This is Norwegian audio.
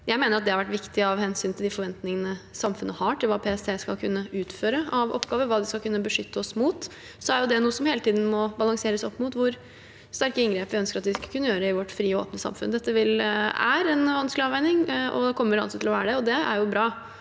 det har vært viktig av hensyn til de forventningene samfunnet har til hva PST skal kunne utføre av oppgaver, hva de skal kunne beskytte oss mot. Så er det noe som hele tiden må balanseres opp mot hvor sterke inngrep vi ønsker at vi skal kunne gjøre i vårt frie og åpne samfunn. Dette er en vanskelig avveining og kommer alltid til å være det. Det er jo bra,